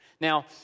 Now